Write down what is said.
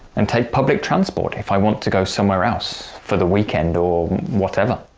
and take public transport if i want to go somewhere else, for the weekend or whatever.